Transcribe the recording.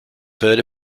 third